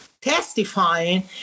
testifying